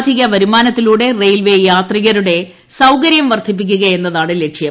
അധിക വരുമാനത്തിലൂടെ റെയിൽവേ യാത്രികരുടെ സൌകര്യം വർദ്ധിപ്പിക്കുകയെന്നതാണ് ലക്ഷ്യം